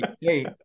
Hey